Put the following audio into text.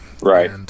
Right